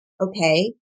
okay